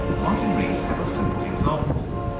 martin rees has a simple example.